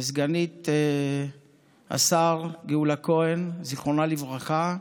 וסגנית השר גאולה כהן, זיכרונה לברכה,